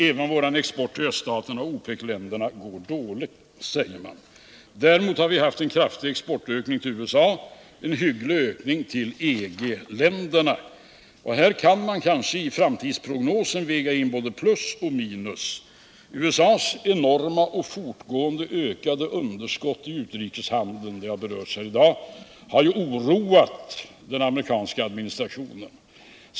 Även vår export till öststaterna och OPEC-länderna går enligt skribenten dåligt. Däremot har vi haft en kraftig exportökning till USA och en hygglig ökning till EG-länderna. Här kan man kanske i en framtidsprognos väga in både plus och minus. USA:s enorma och fortgående ökade underskott i utrikeshandeln — det har berörts här i dag — har oroat den amerikanska administrationen.